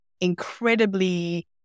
Incredibly